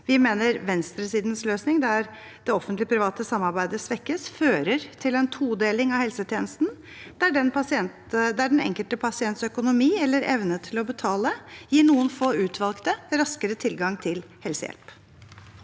venstresidens løsning, der det offentlig-private samarbeidet svekkes, fører til en todeling av helsetjenesten, der den enkelte pasients økonomi eller evne til å betale gir noen få utvalgte raskere tilgang til helsehjelp.